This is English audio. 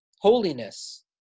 holiness